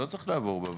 לא צריך לעבור בוועדה.